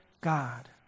God